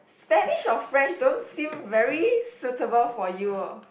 Spanish or French don't seem very suitable for you oh